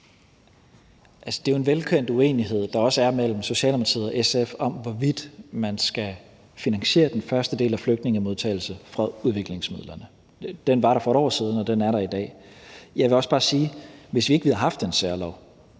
Det er en velkendt uenighed, der også er mellem Socialdemokratiet og SF, om, hvorvidt man skal finansiere den første del af flygtningemodtagelsen med udviklingsmidlerne. Den var der for et år siden, og den er der i dag. Jeg vil også bare sige, at hvis vi ikke havde haft en særlov